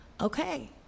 okay